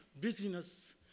busyness